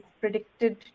predicted